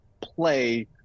play